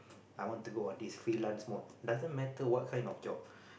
I want to go on this freelance mode doesn't matter what kind of job